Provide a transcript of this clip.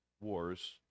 wars